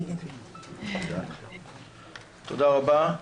תודה רבה.